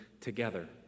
together